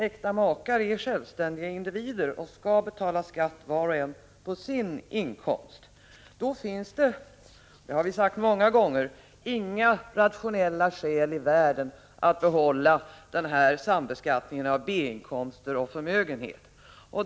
Äkta makar är självständiga individer och skall betala skatt var och en på sin inkomst. Då finns det — det har vi sagt många gånger inga rationella skäl i världen att behålla sambeskattningen av B-inkomster och förmögenhet.